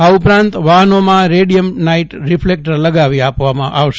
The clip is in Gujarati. આ ઉપરાંત વાહનોમાં રેડિયમ નાઇટ સિફ્લેક્ટર લગાવી આપવામાં આવશે